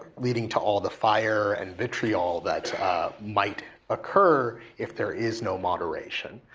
leading to all the fire and vitriol that might occur, if there is no moderation.